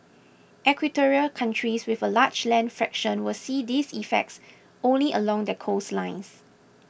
equatorial countries with a large land fraction will see these effects only along their coastlines